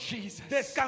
Jesus